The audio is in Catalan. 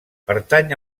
pertany